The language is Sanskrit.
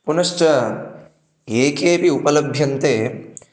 पुनश्च ये केऽपि उपलभ्यन्ते